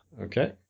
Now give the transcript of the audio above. okay